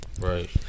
Right